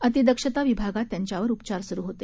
अतिदक्षता विभागात त्यांच्यावर उपचार सुरू होते